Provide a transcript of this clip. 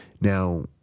Now